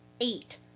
eight